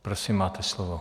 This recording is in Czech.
Prosím, máte slovo.